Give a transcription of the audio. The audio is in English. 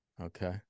Okay